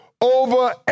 over